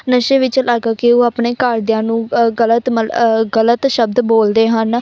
ਨਸ਼ੇ ਵਿੱਚ ਲੱਗ ਕੇ ਉਹ ਆਪਣੇ ਘਰਦਿਆਂ ਨੂੰ ਗਲਤ ਮਲ ਗਲਤ ਸ਼ਬਦ ਬੋਲਦੇ ਹਨ